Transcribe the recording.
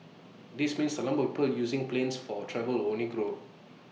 this means the number of people using planes for travel will only grow